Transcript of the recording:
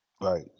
Right